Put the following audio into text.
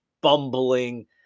bumbling